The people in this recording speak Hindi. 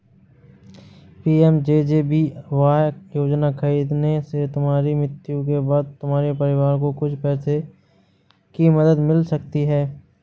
पी.एम.जे.जे.बी.वाय योजना खरीदने से तुम्हारी मृत्यु के बाद तुम्हारे परिवार को कुछ पैसों की मदद मिल सकती है